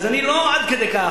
אז אני, לא עד כדי כך.